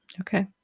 okay